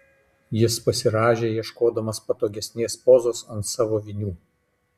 jis pasirąžė ieškodamas patogesnės pozos ant savo vinių